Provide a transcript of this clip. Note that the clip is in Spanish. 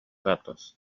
datos